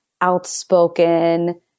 outspoken